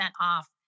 off